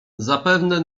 zapewne